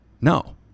no